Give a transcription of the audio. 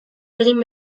egin